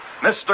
Mr